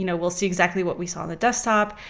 you know we'll see exactly what we saw in the desktop.